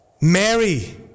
Mary